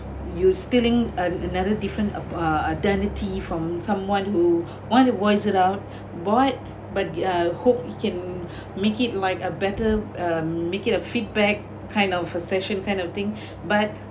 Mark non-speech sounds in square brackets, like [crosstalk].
you stealing an~ another different uh identity from someone who [breath] want to voice it out [breath] but but uh hope you can [breath] make it like a better um make it a feedback kind of a session kind of thing [breath] but